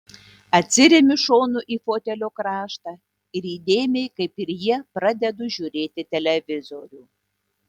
atsiremiu šonu į fotelio kraštą ir įdėmiai kaip ir jie pradedu žiūrėti televizorių